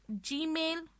Gmail